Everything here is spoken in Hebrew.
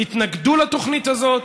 התנגדו לתוכנית הזאת,